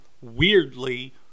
weirdly